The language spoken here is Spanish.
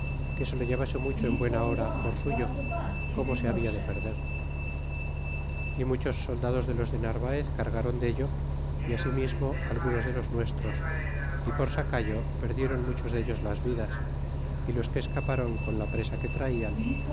que se lo llevase mucho en buena hora por suyo como se habia de perder y muchos soldados de los de narvaez cargron dello y asimismo algunos de los nuestros y por sacalio perdieron muchos dellos las vidas y los que escaparon con la presa que traian